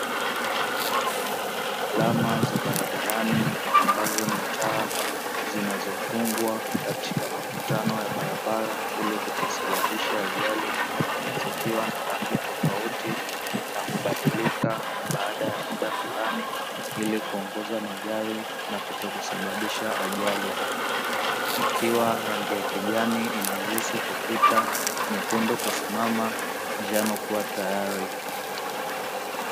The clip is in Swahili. Alama za barabarani ambazo ni taa zinazofungwa katika makutano ya barabara ili kutokusababisha ajali zikiwa na rangi tofauti na kubadilika baada ya muda fulani ili kuongoza magari na kutokusababisha ajali ikiwa rangi ya kijani inaruhusu kupita, nyekundu kusimama, njano kuwa tayari.